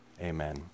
Amen